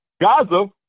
Gaza